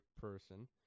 person